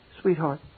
sweetheart